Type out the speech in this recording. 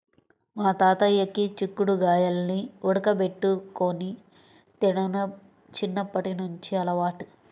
మా తాతయ్యకి చిక్కుడు గాయాల్ని ఉడకబెట్టుకొని తినడం చిన్నప్పట్నుంచి అలవాటు